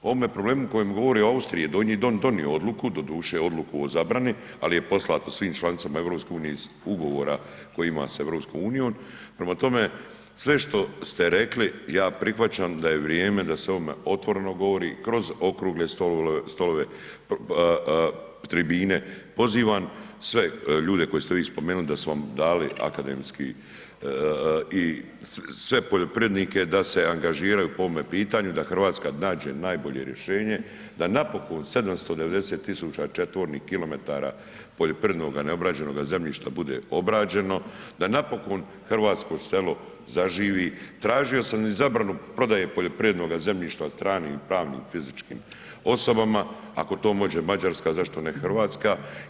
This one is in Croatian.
O ovome problemu o kojem govore u Austriji je Donji dom donio odluku, doduše odluku o zabrani, ali je poslato svim članicama EU-i ugovora koji ima s EU-om, prema tome, sve što ste rekli, ja prihvaćam da je vrijeme da se o ovome otvoreno govori, kroz okrugle stolove, tribine, pozivam sve ljude koje ste vi spomenuli da su vam dali akademski i sve poljoprivrednike da se angažiraju po ovome pitanju, da Hrvatska nađe najbolje rješenje, da napokon 790 tisuća četvornih kilometara poljoprivrednoga neobrađenoga zemljišta bude obrađeno, da napokon hrvatsko selo zaživi, tražio sam i zabranu prodaje poljoprivrednoga zemljišta od stranih pravnih i fizičkim osobama, ako to može Mađarska, zašto ne Hrvatska?